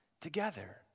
together